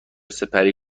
سپری